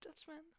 judgment